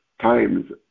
times